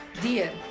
dear